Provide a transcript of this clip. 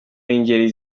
ngeri